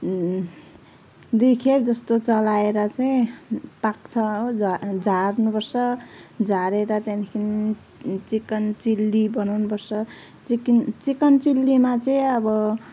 दुई खेप जस्तो चलाएर चाहिँ पाक्छ हो झार्नु पर्छ झारेर त्यहाँदेखि चिकन चिल्ली बनाउनु पर्छ चिकन चिकन चिल्लीमा चाहिँ अब